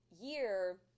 year